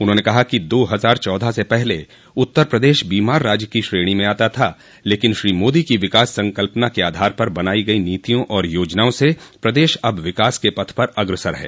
उन्होंने कहा कि दो हजार चौदह से पहले उत्तर प्रदेश बीमार राज्य की श्रेणी आता था लेकिन श्री मादी की विकास संकल्पना के आधार पर बनायी गयी नीतियों और योजनाओं से प्रदेश अब विकास के पथ पर अग्रसर है